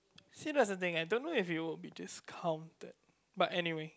see that's a thing I don't know if you would be just count the but anyway